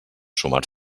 sumar